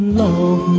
love